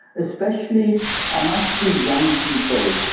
especially amongst the young people.